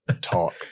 talk